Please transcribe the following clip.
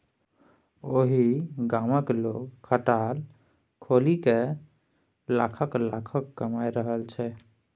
ओहि गामक लोग खटाल खोलिकए लाखक लाखक कमा रहल छै